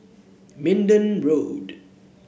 Minden Road